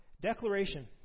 Declaration